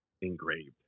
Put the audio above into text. engraved